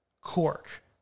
cork